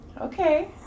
Okay